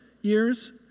years